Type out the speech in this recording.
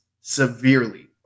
severely